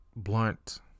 Blunt